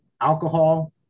alcohol